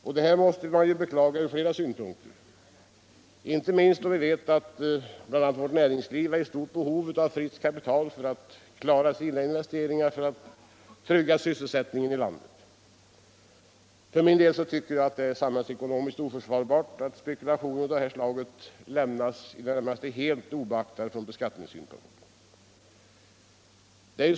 Och det måste man beklaga från flera synpunkter, inte minst då vi vet att bl.a. vårt näringsliv är i stort behov av friskt kapital för att klara sina investeringar och trygga sysselsättningen i landet. För min del tycker jag att det är samhällsekonomiskt oförsvarbart att spekulation av det här slaget lämnas i det närmaste helt obeaktad från beskattningssynpunkt.